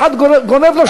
האחד גונב לשני את החוקים.